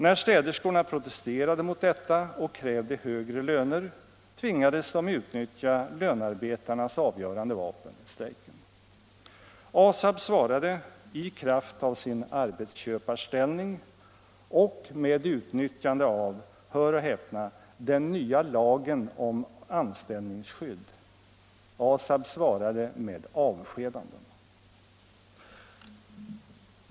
När städerskorna protesterade mot detta och krävde högre löner, tvingades de utnyttja lönarbetarnas avgörande vapen, strejken. ASAB svarade, i kraft av sin arbetsköparställning och utnyttjande — hör och häpna — den nya lagen om anställningsskydd, med avskedanden.